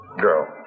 girl